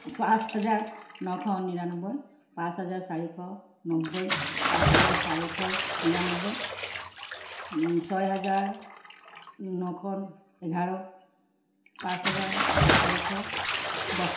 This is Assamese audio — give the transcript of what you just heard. পাঁচ হাজাৰ নশ নিৰান্নব্বৈ পাঁচ হাজাৰ চাৰিশ নব্বৈ পাঁচ হাজাৰ চাৰিশ নিৰান্নব্বৈ ছয় হাজাৰ নশ এঘাৰ পাঁচ হাজাৰ চাৰিশ দহ